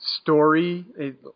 story